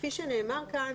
כפי שנאמר כאן,